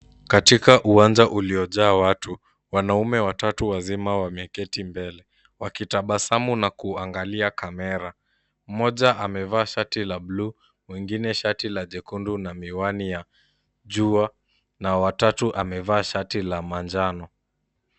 Katika uwanja uliojaa watu, wanaume watatu wazima wameketi mbele, wakitabasamu na kuangalia camera . Mmoja amevaa shati la blue , mwingine shati la jekundu na miwani ya jua, na watatu amevaa shati la manjano.